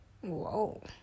whoa